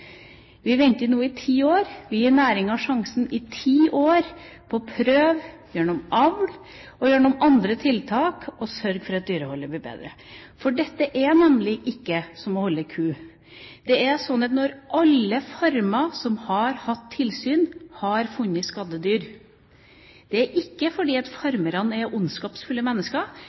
vi ga ti år: Vi venter i ti år, vi gir næringa sjansen i ti år til å prøve, gjennom avl og gjennom andre tiltak, å sørge for at dyreholdet blir bedre. Dette er nemlig ikke som å holde ku. Når man på alle farmer som har hatt tilsyn, har funnet skadde dyr, er det ikke fordi farmerne er ondskapsfulle mennesker,